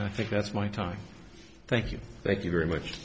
i think that's my time thank you thank you very much